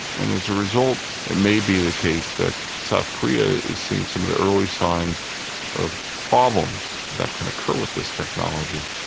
and as a result it may be the case that south korea is seeing some of the early signs of problems that can occur with this technology.